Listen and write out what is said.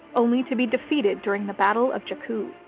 only to be defeated during the battle of jakku.